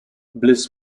bliss